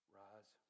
rise